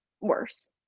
worse